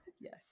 Yes